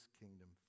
kingdom